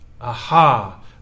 Aha